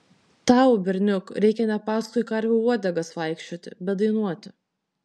tau berniuk reikia ne paskui karvių uodegas vaikščioti bet dainuoti